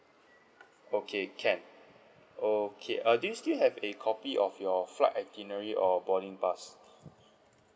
okay can okay uh do you still have a copy of your flight itinerary or boarding pass